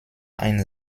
ein